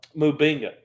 Mubinga